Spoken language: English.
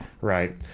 Right